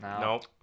Nope